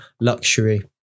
luxury